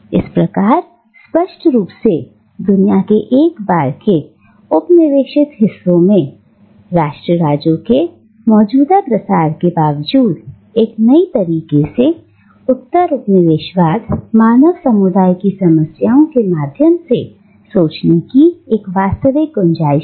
इस प्रकार स्पष्ट रूप से दुनिया के एक बार के उपनिवेशित हिस्सों में राष्ट्र राज्यों के मौजूदा प्रसार के बावजूद एक नई तरीके से उत्तर उपनिवेशवाद मानव समुदाय की समस्याओं के माध्यम से सोचने की एक वास्तविक गुंजाइश है